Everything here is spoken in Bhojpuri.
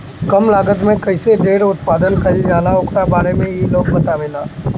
कम लागत में कईसे ढेर उत्पादन कईल जाला ओकरा बारे में इ लोग बतावेला